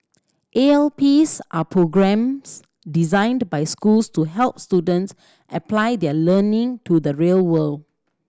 A L Ps are programmes designed by schools to help students apply their learning to the real world